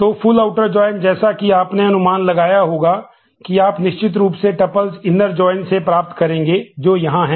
तो full outer join संभव हैं